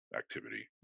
activity